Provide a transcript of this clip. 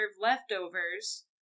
leftovers